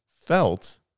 felt